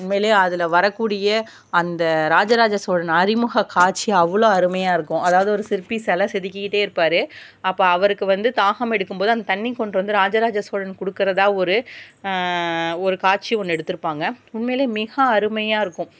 உண்மையிலயே அதில் வரக்கூடிய அந்த ராஜராஜ சோழன் அறிமுகக்காட்சி அவ்வளோ அருமையாக இருக்கும் அதாவது ஒரு சிற்பி சில செதுக்கிக்கிட்டே இருப்பார் அப்போ அவருக்கு வந்து தாகம் எடுக்கும்போது அந்த தண்ணி கொண்டு வந்து ராஜராஜ சோழன் கொடுக்கறதா ஒரு ஒரு காட்சி ஒன்று எடுத்து இருப்பாங்க உண்மையிலயே மிக அருமையாக இருக்கும்